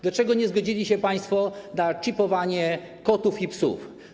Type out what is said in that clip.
Dlaczego nie zgodzili się państwo na czipowanie kotów i psów?